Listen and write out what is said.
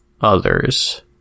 others